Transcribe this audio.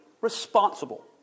Responsible